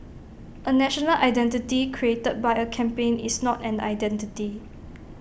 A national identity created by A campaign is not an identity